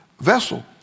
vessel